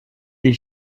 des